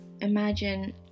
Imagine